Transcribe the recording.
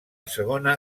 segona